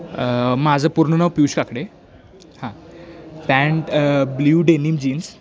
माझं पूर्ण नाव पीयुष काकडे हां पॅन्ट ब्ल्यू डेनिम जीन्स